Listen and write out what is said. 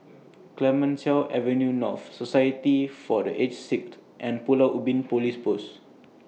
Clemenceau Avenue North Society For The Aged Sick and Pulau Ubin Police Post